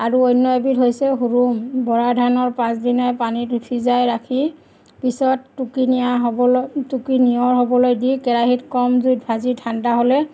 আৰু অন্য এবিধ হৈছে হুৰুম বৰা ধানৰ পাছদিনাই পানীত ভিজাই ৰাখি পিছত টুকি নিয়া হ'বলৈ টুকি নিয়ৰ হ'বলৈ দি কেৰাহীত কম জুইত ভাজি ঠাণ্ডা হ'লে